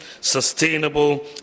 sustainable